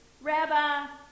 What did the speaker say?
Rabbi